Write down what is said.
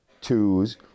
twos